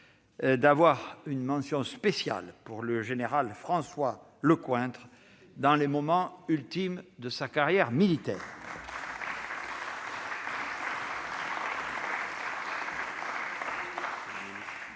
réserver une mention spéciale au général François Lecointre, qui vit les moments ultimes de sa carrière militaire.